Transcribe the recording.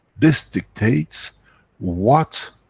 this dictates what